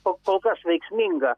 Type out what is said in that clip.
po kol kas veiksminga